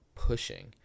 pushing